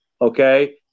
okay